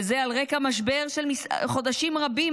וזה על רקע משבר של חודשים רבים,